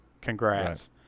Congrats